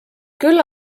küll